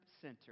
center